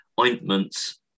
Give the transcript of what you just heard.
ointments